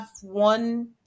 one